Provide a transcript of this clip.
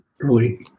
early